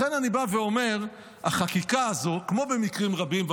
לכן אני בא ואומר שכמו במקרים רבים החקיקה הזאת,